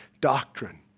doctrine